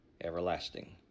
everlasting